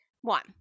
One